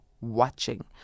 watching